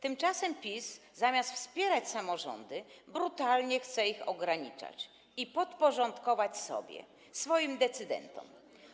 Tymczasem PiS, zamiast wspierać samorządy, brutalnie chce je ograniczać i podporządkować sobie, swoim decydentom.